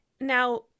Now